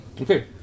Okay